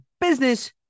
business